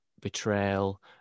betrayal